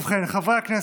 ובכן, חברי הכנסת,